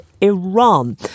Iran